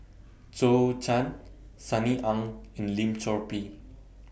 Zhou Can Sunny Ang and Lim Chor Pee